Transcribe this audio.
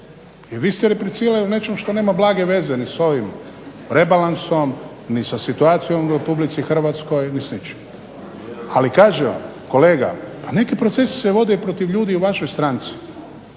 Jer vi ste replicirali nečemu što nema blage veze ni s ovim rebalansom ni sa situacijom u RH ni s ničim. Ali kažem vam kolega pa neki procesi se vode i protiv ljudi u vašoj stranci,